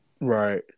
Right